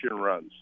runs